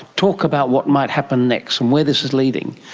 talk about what might happen next and where this is leading.